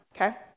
okay